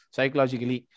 Psychologically